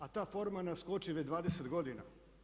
A ta forma nas koči već 20 godina.